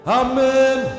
amen